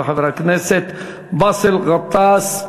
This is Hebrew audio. של חבר הכנסת באסל גטאס,